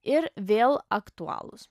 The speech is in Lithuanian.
ir vėl aktualūs